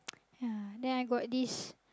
yeah then I got this